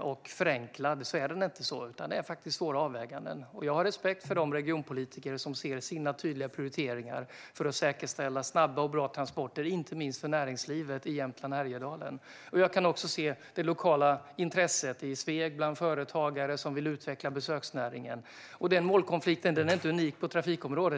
och förenklad. Den är inte det, utan det är svåra avväganden. Jag har respekt för de regionpolitiker som ser sina tydliga prioriteringar för att säkerställa snabba och bra transporter inte minst för näringslivet i Jämtland och Härjedalen. Jag kan också se det lokala intresset i Sveg bland företagare som vill utveckla besöksnäringen. Den målkonflikten är inte unik på trafikområdet.